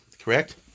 Correct